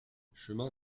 chemin